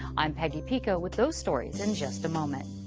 i'm peggy pico with those stories in just a moment.